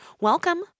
Welcome